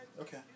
Okay